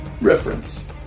Reference